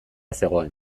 zegoen